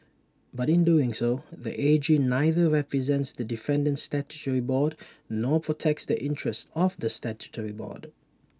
but in doing so the A G neither represents the defendant statutory board nor protects the interests of the statutory board